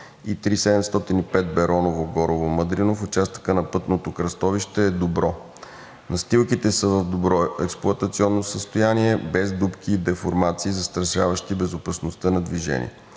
и III-705 (Бероново – Горово – Мъдрино) в участъка на пътното кръстовище е добро. Настилките са в добро експлоатационно състояние, без дупки и деформации, застрашаващи безопасността на движение.